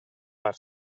per